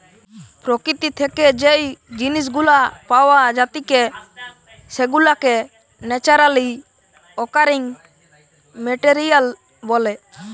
প্রকৃতি থেকে যেই জিনিস গুলা পাওয়া জাতিকে সেগুলাকে ন্যাচারালি অকারিং মেটেরিয়াল বলে